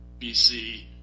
BC